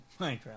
Minecraft